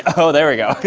oh, there we go. ok.